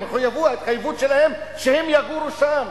הם יתחייבו, ההתחייבות שלהם תהיה שהם יגורו שם.